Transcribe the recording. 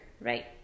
Right